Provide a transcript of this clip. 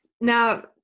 now